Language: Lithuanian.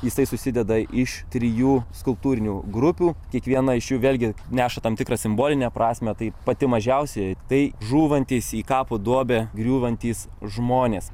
jisai susideda iš trijų skulptūrinių grupių kiekviena iš jų vėlgi neša tam tikrą simbolinę prasmę tai pati mažiausiai tai žūvantys į kapo duobę griūvantys žmonės